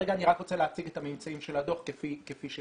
כרגע אני רק רוצה להציג את הממצאים של הדוח כפי שביקשת.